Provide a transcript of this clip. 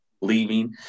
leaving